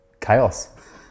chaos